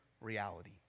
reality